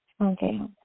Okay